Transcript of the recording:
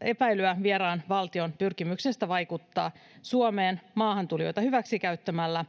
epäilyä vieraan valtion pyrkimyksestä vaikuttaa Suomeen maahantulijoita hyväksikäyttämällä,